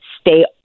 stay